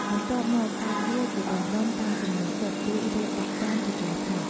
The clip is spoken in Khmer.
បន្ទាប់មក កាត់វាជាដុំៗតាមចំណូលចិត្ត រួចរៀបដាក់ចានជាការស្រេច។